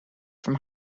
from